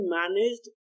managed